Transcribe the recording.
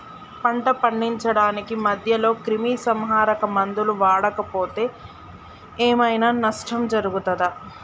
పంట పండించడానికి మధ్యలో క్రిమిసంహరక మందులు వాడకపోతే ఏం ఐనా నష్టం జరుగుతదా?